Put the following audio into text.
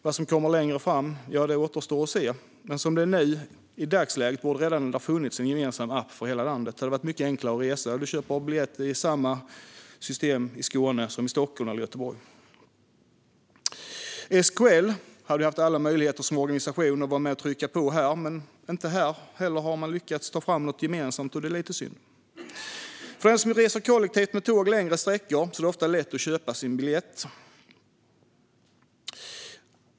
Vad som kommer längre fram återstår att se, men i dagsläget borde det redan ha funnits en gemensam app för hela landet. Det hade varit mycket enklare att resa om man kunde köpa biljett i samma system i Skåne som i Stockholm eller Göteborg. SKL har haft alla möjligheter som organisation att vara med och trycka på, men inte heller här har man lyckats ta fram något gemensamt, vilket är lite synd. För den som reser kollektivt med tåg längre sträckor är det ofta lätt att köpa biljett.